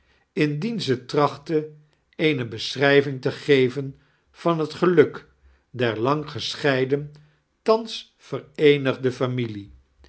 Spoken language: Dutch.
indien ze trachtte eene beschrijving te geven van het geluk der lang gescheiden thans vereenigde familie